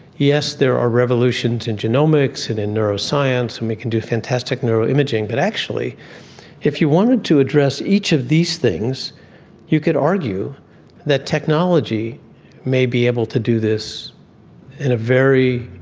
yes, there are revolutions in genomics and in neuroscience and we can do fantastic neuroimaging. but actually if you wanted to address each of these things you could argue that technology may be able to do this in a very